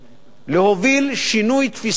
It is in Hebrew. להוביל שינוי תפיסתי,